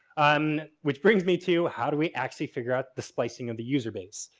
um which brings me to how do we actually figure out the splicing of the user base?